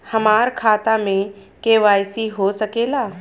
हमार खाता में के.वाइ.सी हो सकेला?